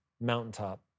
mountaintop